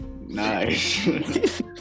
Nice